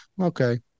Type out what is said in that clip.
okay